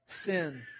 sin